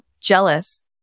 jealous